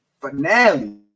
finale